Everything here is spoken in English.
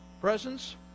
presence